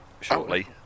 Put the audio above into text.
shortly